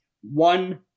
One